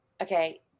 okay